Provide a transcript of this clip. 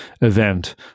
event